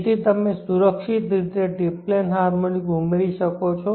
તેથી તમે સુરક્ષિત રીતે ટ્રિપ્લેન હાર્મોનિક ઉમેરી શકો છો